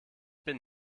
bin